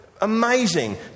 amazing